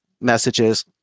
messages